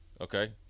okay